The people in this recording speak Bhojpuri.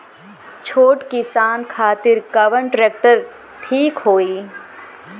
छोट किसान खातिर कवन ट्रेक्टर ठीक होई?